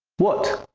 what?